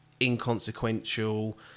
inconsequential